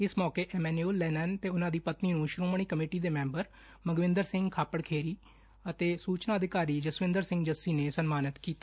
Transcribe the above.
ਇਸ ਮੌਕੇ Emmanuel Lenain ਤੇ ਉਨੁਾ ਦੀ ਪਤਨੀ ਨੂੰ ਸ਼ੋਮਣੀ ਕਮੇਟੀ ਮੈਬਰ ਮੰਗਵਿੰਦਰ ਸਿੰਘ ਖਾਪੜਖੇੜੀ ਅਤੇ ਸੂਚਨਾ ਅਧਿਕਾਰੀ ਜਸਵਿੰਦਰ ਸਿੰਘ ਜੱਸੀ ਨੇ ਸਨਮਾਨਿਤ ਕੀਤਾ